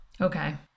Okay